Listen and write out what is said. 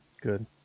Good